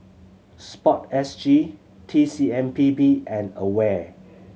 SPORTSG T C M P B and AWARE